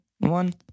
One